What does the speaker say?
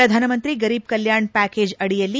Pradhan Mantri Garib Kalyan package ಅಡಿಯಲ್ಲಿ